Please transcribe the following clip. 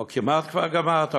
או כבר כמעט גמרת,